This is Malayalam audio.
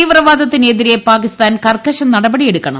തീവ്രവാദത്തിനെ തിരെ പാകിസ്ഥാൻ കർക്കശ നടപടിയെടുക്കണം